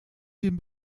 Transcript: den